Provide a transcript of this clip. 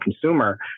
consumer